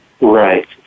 Right